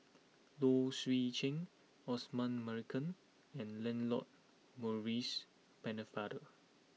Low Swee Chen Osman Merican and Lancelot Maurice Pennefather